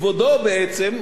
בהיותו חבר ממשלה,